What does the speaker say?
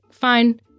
Fine